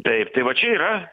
taip tai va čia yra